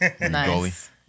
Nice